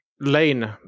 lane